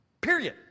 Period